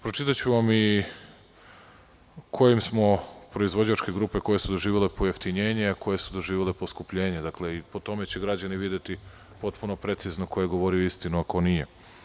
Pročitaću vam i koje su proizvođačke grupe doživele pojeftinjenje, a koje su doživele poskupljenje i po tome će građani videti potpuno precizno ko je govori istinu, a ko nije.